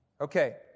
Okay